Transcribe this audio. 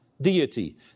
deity